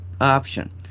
option